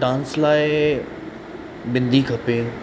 dance लाइ बिंदी खपे